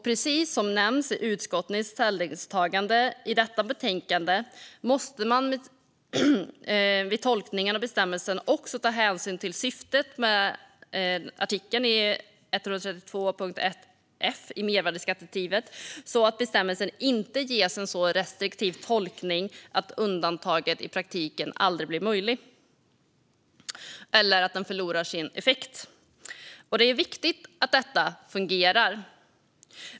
Precis som nämns i utskottets ställningstagande i betänkandet måste man vid tolkning av bestämmelsen ta hänsyn till syftet med artikel 132.1 f i mervärdesskattedirektivet så att bestämmelsen inte ger en så restriktiv tolkning att undantaget i praktiken aldrig blir möjligt eller förlorar sin effekt. Det är viktigt att detta fungerar.